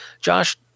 Josh